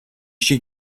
she